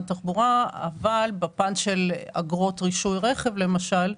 התחבורה אבל בפן של אגרות רישוי רכב למשל,